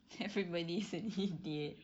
everybody's an idiot